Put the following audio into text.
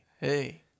Hey